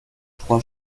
trois